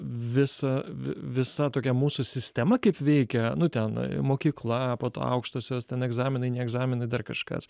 visa vi visa tokia mūsų sistema kaip veikia nu ten mokykla po to aukštosios ten egzaminai ne egzaminai dar kažkas